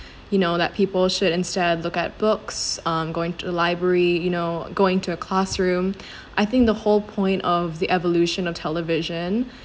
you know that people should instead look at books um going to the library you know going to a classroom I think the whole point of the evolution of television